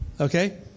Okay